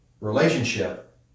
relationship